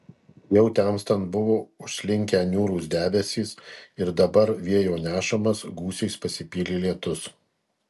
jau temstant buvo užslinkę niūrūs debesys ir dabar vėjo nešamas gūsiais pasipylė lietus